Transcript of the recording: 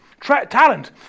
Talent